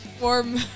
warm